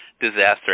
disaster